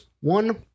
One